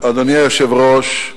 אדוני היושב-ראש,